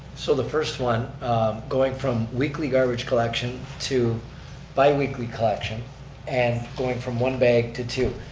so the first one going from weekly garbage collection to biweekly collection and going from one bag to two.